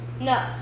no